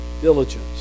diligence